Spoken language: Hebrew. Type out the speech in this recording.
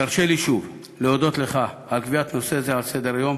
תרשה לי שוב להודות לך על קביעת נושא זה על סדר-היום.